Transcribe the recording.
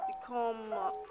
become